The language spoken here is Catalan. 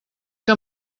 que